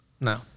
No